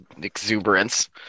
exuberance